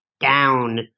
down